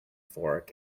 fork